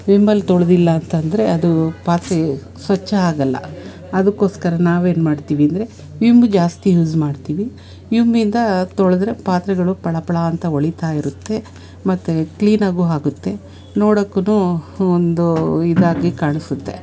ವಿಮ್ಮಲ್ಲಿ ತೊಳ್ದಿಲ್ಲ ಅಂತಂದ್ರೆ ಅದೂ ಪಾತ್ರೆ ಸ್ವಚ್ಛ ಆಗೊಲ್ಲ ಅದಕ್ಕೋಸ್ಕರ ನಾವೇನ್ಮಾಡ್ತೀವಿ ಅಂದರೆ ವಿಮ್ ಜಾಸ್ತಿ ಯೂಸ್ ಮಾಡ್ತೀವಿ ವಿಮ್ಮಿಂದ ತೊಳೆದ್ರೆ ಪಾತ್ರೆಗಳು ಪಳ ಪಳಾ ಅಂತ ಹೊಳೀತಾ ಇರುತ್ತೆ ಮತ್ತು ಕ್ಲೀನಾಗೂ ಆಗುತ್ತೆ ನೋಡೊಕ್ಕೂ ಹೂಂ ಒಂದೂ ಇದಾಗಿ ಕಾಣಿಸುತ್ತೆ